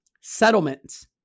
settlements